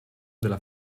della